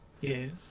Yes